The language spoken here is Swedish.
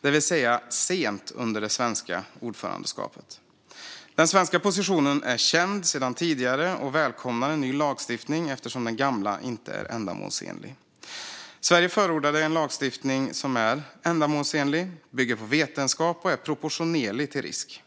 det vill säga sent under det svenska ordförandeskapet. Den svenska positionen är känd sedan tidigare och välkomnar en ny lagstiftning eftersom den gamla inte är ändamålsenlig. Sverige förordade en lagstiftning som är ändamålsenlig, bygger på vetenskap och är proportionerlig till risk.